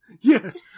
yes